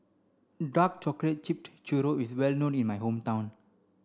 dark chocolate tripped churro is well known in my hometown